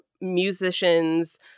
musicians